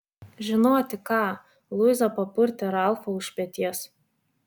žinoti ką luiza papurtė ralfą už peties